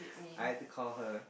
I had to call her